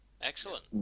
Excellent